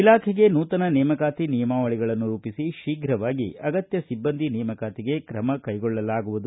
ಇಲಾಖೆಗೆ ನೂತನ ನೇಮಕಾತಿ ನಿಯಮಾವಳಿಗಳನ್ನು ರೂಪಿಸಿ ಶ್ರೀಘವಾಗಿ ಅಗತ್ಯ ಸಿಬ್ಬಂದಿ ನೇಮಕಾತಿಗೆ ಕ್ರಮ ಕ್ಕೆಗೊಳ್ಳಲಾಗುವುದು